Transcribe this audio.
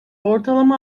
ortalama